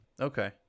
Okay